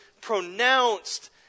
pronounced